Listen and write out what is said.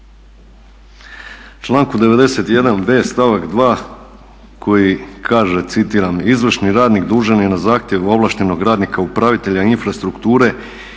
članku 91.b stavak 2. koji kaže, citiram: "Izvršni radnik dužan je na zahtjev ovlaštenog radnika upravitelja infrastrukture